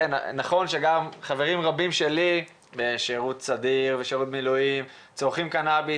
נכון שגם חברים רבים שלי בשירות סדיר ושירות מילואים צורכים קנאביס,